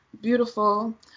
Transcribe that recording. beautiful